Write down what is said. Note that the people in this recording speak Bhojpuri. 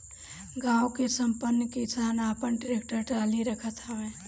गांव के संपन्न किसान आपन टेक्टर टाली रखत हवे